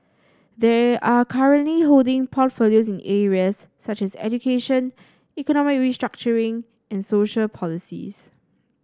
they are currently holding portfolios in areas such as education economic restructuring and social policies